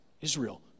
Israel